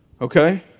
Okay